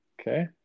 Okay